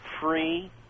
free